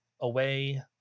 away